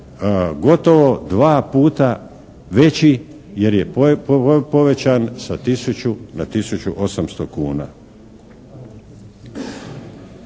gotovo dva puta veći jer je povećan sa tisuću na tisuću 800 kuna.